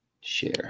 Share